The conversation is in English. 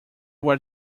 were